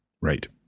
Right